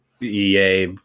EA